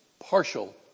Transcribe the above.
Partial